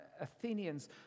Athenians